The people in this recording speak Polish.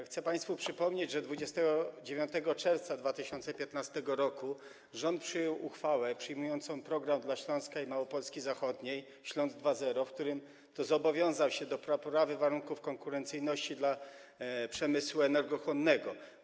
Chcę państwu przypomnieć, że 29 czerwca 2015 r. rząd przyjął uchwałę przyjmującą program dla Śląska i Małopolski Zachodniej „Śląsk 2.0”, w którym to zobowiązał się do poprawy warunków konkurencyjności w odniesieniu do przemysłu energochłonnego.